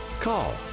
call